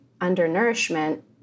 undernourishment